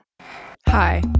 Hi